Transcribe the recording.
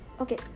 okay